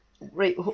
Right